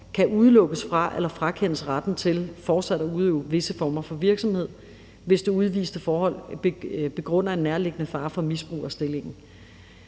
kan udelukkes fra eller frakendes retten til fortsat at udøve visse former for virksomhed, hvis det udviste forhold begrunder en nærliggende fare for misbrug af stillingen.